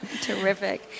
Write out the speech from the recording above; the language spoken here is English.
Terrific